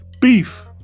beef